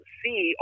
see